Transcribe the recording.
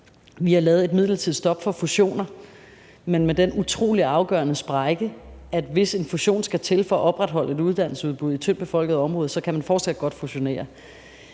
Vi har lavet et midlertidigt stop for fusioner, men med den utrolig afgørende sprække, at hvis en fusion skal til for at opretholde et uddannelsesudbud i et tyndt befolket område, kan man fortsat godt fusionere.